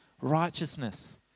righteousness